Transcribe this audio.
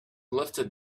lifted